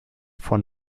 von